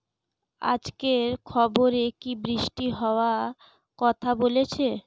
আজকের খবরে কি বৃষ্টি হওয়ায় কথা বলেছে?